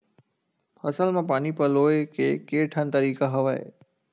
फसल म पानी पलोय के केठन तरीका हवय?